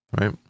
right